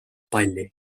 palli